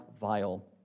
vile